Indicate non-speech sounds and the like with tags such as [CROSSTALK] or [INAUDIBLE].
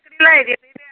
[UNINTELLIGIBLE]